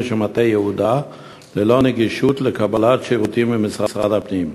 ומטה-יהודה ללא קבלת שירותים נגישים ממשרד הפנים.